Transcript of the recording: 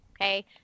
okay